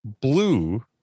blue